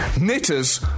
Knitters